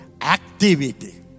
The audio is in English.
activity